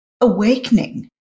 awakening